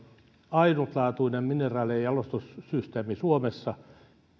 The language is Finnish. ainutlaatuinen mineraalien jalostussysteemi suomessa